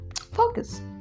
Focus